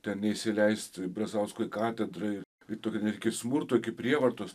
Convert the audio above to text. ten neįsileisti brazausko į katedrą ir ir tokio net iki smurto prievartos